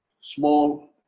small